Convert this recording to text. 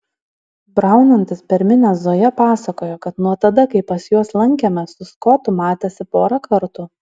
braunantis per minią zoja pasakoja kad nuo tada kai pas juos lankėmės su skotu matėsi porą kartų